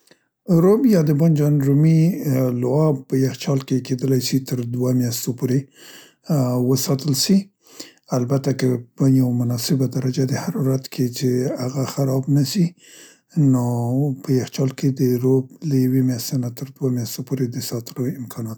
رب یا د بادنجان رومي لعاب په یخچال کې کیدلی سي تر دوو میاستو پورې، ا، وساتل سي البته په که په یوه مناسبه درجه د حرارت کې څې هغه خراب نسي نو و په یخچال کې د رپ له یوه میاستې نه تر دوو میاستو پورې د ساتلو امکانات سته.